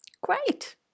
great